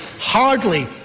hardly